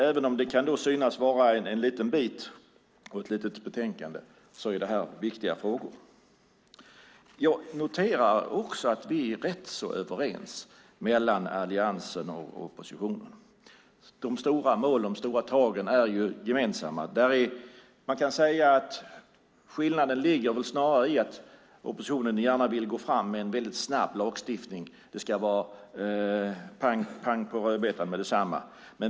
Även om det kan synas vara en liten bit och ett litet betänkande är det viktiga frågor. Jag noterar att vi är rätt så överens mellan Alliansen och oppositionen. De stora målen och tagen är gemensamma. Skillnaden ligger snarare i att oppositionen gärna vill gå fram med en snabb lagstiftning. Det ska vara pang på rödbetan med detsamma.